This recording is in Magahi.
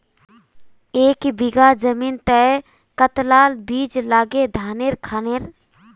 एक बीघा जमीन तय कतला ला बीज लागे धानेर खानेर?